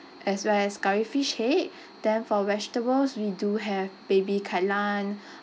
as well as curry fish head then for vegetables we do have baby kai lan